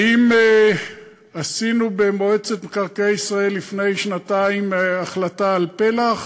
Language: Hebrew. האם עשינו במועצת מקרקעי ישראל לפני שנתיים החלטה על פל"ח,